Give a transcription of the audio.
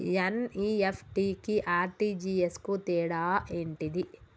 NEFT కి RTGS కు తేడా ఏంటిది?